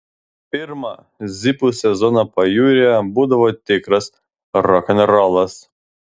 pirmą zipų sezoną pajūryje būdavo tikras rokenrolas